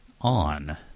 On